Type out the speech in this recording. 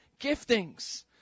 giftings